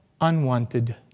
unwanted